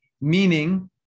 Meaning